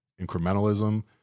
incrementalism